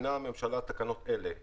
מתקינה הממשלה תקנות אלה :